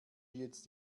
jetzt